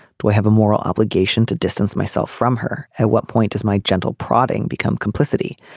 do i have a moral obligation to distance myself from her. at what point does my gentle prodding become complicity.